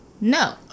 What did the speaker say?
No